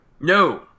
No